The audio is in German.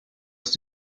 ist